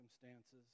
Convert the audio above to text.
circumstances